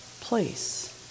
place